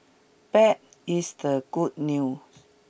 bad is the good news